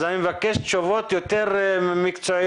אז אני מבקש תשובות יותר מקצועיות.